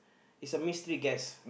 is a mystery guess